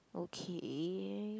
okay